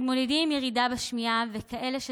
( המתמודדים עם ירידה בשמיעה וכאלה ששפתם,